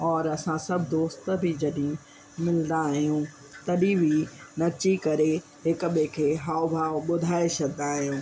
और असां दोस्त बि जॾहिं ईंदा आहियूं तॾहिं बि नची करे हिक ॿिए खे हाव भाव ॿुधाए छॾंदा आहियूं